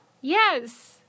Yes